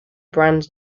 brand